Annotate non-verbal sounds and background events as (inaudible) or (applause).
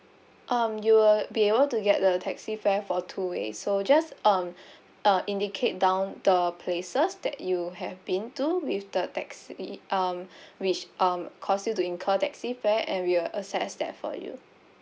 um you will be able to get the taxi fare for two way so just um (breath) uh indicate down the places that you have been to with the taxi um (breath) which um cause you to incur taxi fare and we will assess that for you